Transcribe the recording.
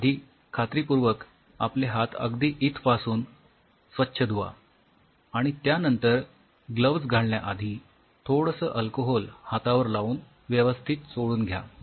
आधी खात्रीपूर्वक आपले हात अगदी इथपासून स्वच्छ धुवा आणि त्यानंतर ग्लोव्हज घालण्याआठी थोडं अल्कोहोल हातावर लावून व्यवस्थित चोळून घ्या